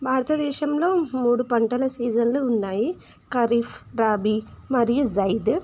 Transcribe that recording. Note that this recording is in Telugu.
భారతదేశంలో మూడు పంటల సీజన్లు ఉన్నాయి ఖరీఫ్ రబీ మరియు జైద్